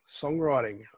songwriting